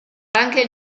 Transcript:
anche